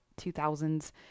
2000s